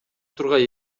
тургай